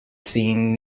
seen